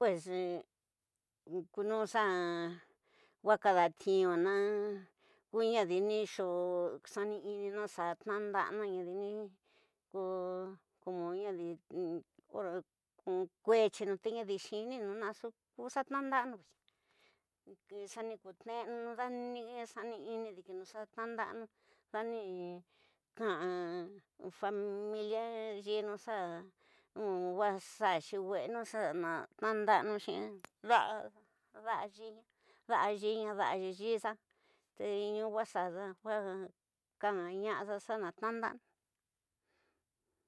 Pues ku noxa waka datiuna, ku nadi nixu xani'ina xa tnanda'ana ñadi, ko ñadi kuetyinu te ñadi xininu naxu ku xa tnan danu xa ni ku tneenu, dani xani minu dikinu xa tnada’an, xa ni kawa familia yini ñu waxaxaaxi weenu xa natnaidanun xiin da'a yiixa te ñu waxaxa, kanañaxa xa tnandanu.